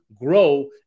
grow